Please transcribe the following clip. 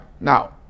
Now